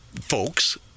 folks